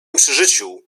przeżyciu